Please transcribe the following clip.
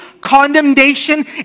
condemnation